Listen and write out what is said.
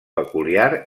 peculiar